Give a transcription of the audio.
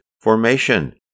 formation